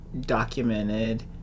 documented